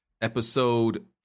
episode